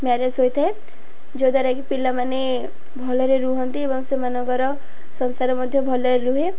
marriage ହୋଇଥାଏ ଯଦ୍ୱାରା କି ପିଲାମାନେ ଭଲରେ ରୁହନ୍ତି ଏବଂ ସେମାନଙ୍କର ସଂସାର ମଧ୍ୟ ଭଲରେ ରୁହେ